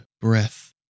breath